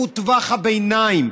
שהוא טווח הביניים.